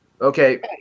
okay